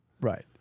Right